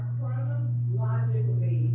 chronologically